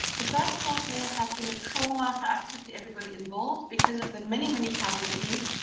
the first world war had been a trauma for absolutely everybody involved because of the many, many casualties.